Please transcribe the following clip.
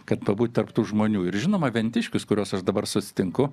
kad pabūt tarp tų žmonių ir žinoma ventiškius kuriuos aš dabar susitinku